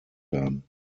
haben